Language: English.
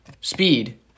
speed